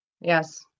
yes